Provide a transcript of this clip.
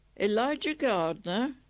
elijah gardner,